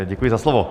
Děkuji za slovo.